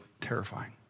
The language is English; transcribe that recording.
terrifying